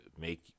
make